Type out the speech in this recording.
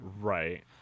Right